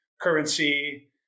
currency